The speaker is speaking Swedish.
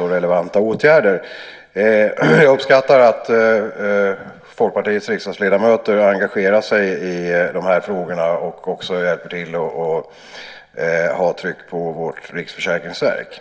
relevanta åtgärder. Jag uppskattar att Folkpartiets riksdagsledamöter engagerar sig i de här frågorna och hjälper till att ha ett tryck på Riksförsäkringsverket.